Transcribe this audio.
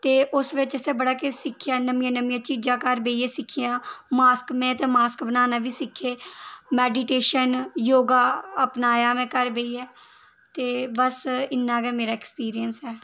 ते उस्स बिच असें बड़ा किश सिखेआ नमियां नमियां चीजां घर बेइयै सिक्खियां मास्क में ते मास्क बनाना बी सिक्खे मैडिटेशन योगा अपनाया में घर बेइयै ते बस इन्ना गै मेरा एक्सपीरियेंस ऐ